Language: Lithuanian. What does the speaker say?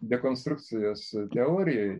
dekonstrukcijos teorijoj